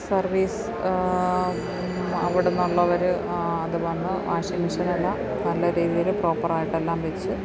service അവിടുന്ന് ഉള്ളവർ അത് വന്ന് വാഷിംഗ് മെഷീൻ എല്ലാം നല്ല രീതിയിൾ പ്രോപ്പർ ആയിട്ടെല്ലാം വെച്ച്